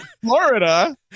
Florida